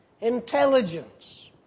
Intelligence